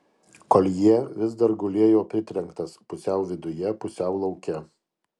koljė vis dar gulėjo pritrenktas pusiau viduje pusiau lauke